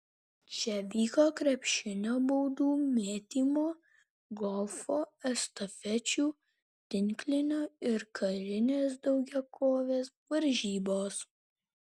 čia vyko krepšinio baudų mėtymo golfo estafečių tinklinio ir karinės daugiakovės varžybos